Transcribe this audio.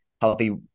healthy